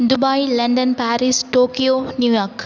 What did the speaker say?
Dubai London Paris Tokyo New York